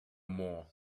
more